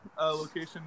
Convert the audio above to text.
location